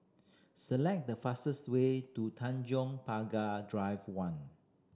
select the fastest way to Tanjong Pagar Drive One